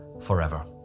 forever